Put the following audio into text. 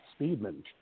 Speedman